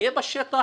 יהיה בשטח